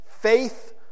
faith